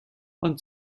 und